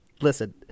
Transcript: Listen